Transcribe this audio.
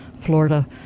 Florida